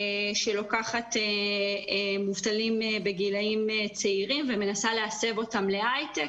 שלוקחת מובטלים בגילאים צעירים ומנסה להסב אותם להייטק,